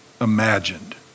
imagined